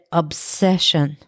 obsession